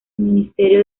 ministerio